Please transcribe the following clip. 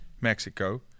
mexico